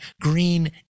green